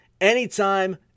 anytime